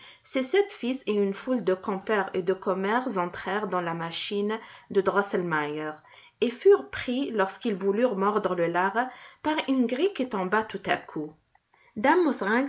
ses sept fils et une foule de compères et de commères entrèrent dans la machine de drosselmeier et furent pris lorsqu'ils voulurent mordre le lard par une grille qui tomba tout à coup